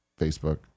Facebook